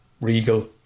regal